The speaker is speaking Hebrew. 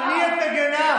על מי את מגינה?